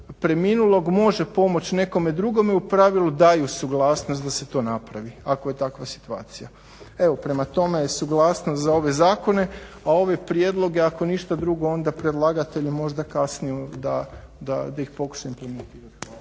preminulog može pomoć nekome drugome u pravilu daju suglasnost da se to napravi ako je takva situacija. Evo prema tome suglasnost za ove zakone, a ove prijedloge ako ništa drugo onda predlagatelj možda kasnije da, da ih pokušamo primjenjivat.